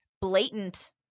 blatant